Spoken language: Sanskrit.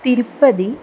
तिरुपतिः